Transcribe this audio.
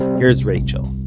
here's rachael